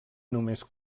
només